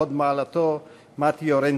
הוד מעלתו מתאו רנצי.